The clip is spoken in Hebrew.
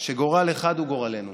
שגורל אחד הוא גורלנו.